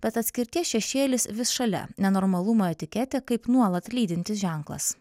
bet atskirties šešėlis vis šalia nenormalumo etiketė kaip nuolat lydintis ženklas